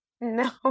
No